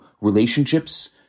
relationships